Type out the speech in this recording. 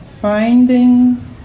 Finding